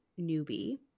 newbie